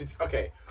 okay